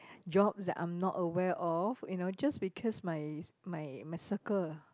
jobs that I'm not aware of you know just because my my my circle